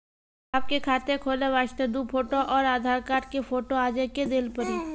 आपके खाते खोले वास्ते दु फोटो और आधार कार्ड के फोटो आजे के देल पड़ी?